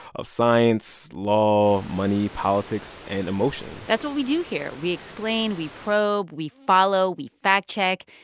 of science, law, money, politics and emotion that's what we do here. we explain. we probe. we follow. we fact check.